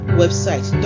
website